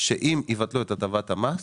שאם יבטלו את הטבת המס,